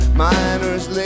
miner's